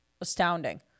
astounding